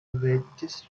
verdigris